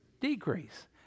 Decrease